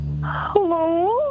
Hello